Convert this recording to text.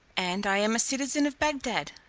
and i am a citizen of bagdad.